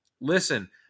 Listen